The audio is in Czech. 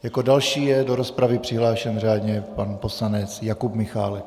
Jako další je do rozpravy přihlášen řádně pan poslanec Jakub Michálek.